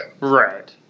Right